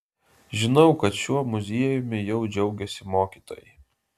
žinau kad šiuo muziejumi jau džiaugiasi mokytojai